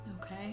okay